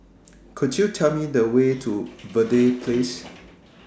Could YOU Tell Me The Way to Verde Place